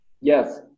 Yes